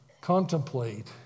contemplate